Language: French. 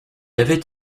avait